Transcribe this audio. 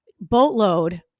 Boatload